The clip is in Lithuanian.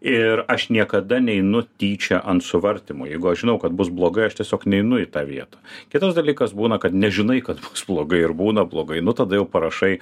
ir aš niekada neinu tyčia ant suvartimo jeigu aš žinau kad bus blogai aš tiesiog neinu į tą vietą kitas dalykas būna kad nežinai kad blogai ir būna blogai nu tada jau parašai